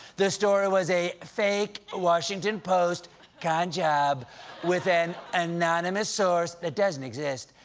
the story was a fake washington post con job with an anonymous source that doesn't exist.